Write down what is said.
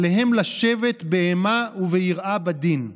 עליהם לשבת באימה וביראה בדין.